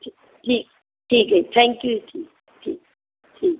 ਠੀਕ ਠੀਕ ਠੀਕ ਹੈ ਜੀ ਥੈਂਕ ਯੂ ਜੀ ਠੀਕ ਠੀਕ ਠੀਕ